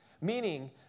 Meaning